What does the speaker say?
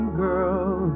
girl